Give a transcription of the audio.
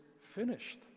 finished